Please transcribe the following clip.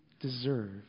deserve